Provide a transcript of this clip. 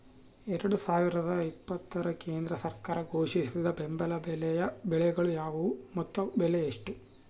ಎರಡು ಸಾವಿರದ ಇಪ್ಪತ್ತರ ಕೇಂದ್ರ ಸರ್ಕಾರ ಘೋಷಿಸಿದ ಬೆಂಬಲ ಬೆಲೆಯ ಬೆಳೆಗಳು ಯಾವುವು ಮತ್ತು ಬೆಲೆ ಎಷ್ಟು?